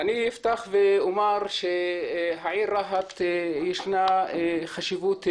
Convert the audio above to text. אני אפתח ואומר שלעיר רהט ישנה חשיבות גדולה,